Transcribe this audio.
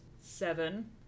seven